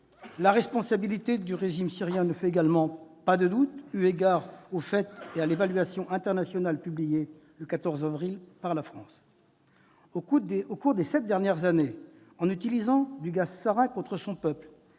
la responsabilité du régime syrien ne fait pas de doute, eu égard aux faits et à l'évaluation internationale publiée le 14 avril par la France. Au cours des sept dernières années, en utilisant du gaz sarin contre son peuple,